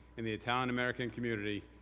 in the italian american community.